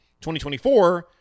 2024